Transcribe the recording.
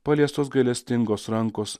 paliestos gailestingos rankos